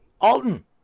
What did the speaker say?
Alton